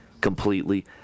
completely